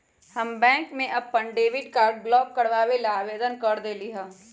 हम बैंक में अपन डेबिट कार्ड ब्लॉक करवावे ला आवेदन कर देली है